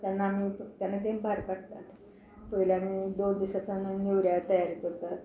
तेन्ना आमी तेन्ना तीं भायर काडटात पयलीं आमी दोन दीस आसतना नेवऱ्या तयारी करतात